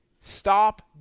Stop